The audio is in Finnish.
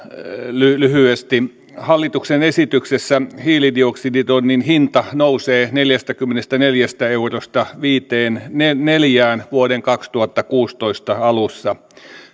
lyhyesti hallituksen esityksessä hiilidioksiditonnin hinta nousee neljästäkymmenestäneljästä eurosta viiteenkymmeneenneljään vuoden kaksituhattakuusitoista alussa